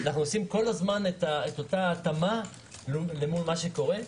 אנחנו עושים כל הזמן את אותה התאמה מול מה שקורה,